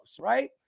right